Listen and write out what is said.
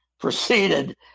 proceeded